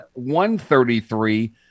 133